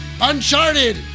Uncharted